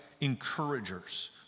encouragers